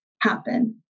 happen